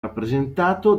rappresentato